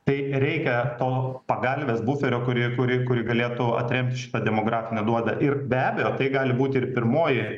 tai reikia to pagalves buferio kuri kuri kuri galėtų atremti šitą demografinę duobę ir be abejo tai gali būti ir pirmoji